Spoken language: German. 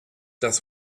das